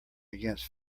against